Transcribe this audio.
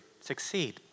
succeed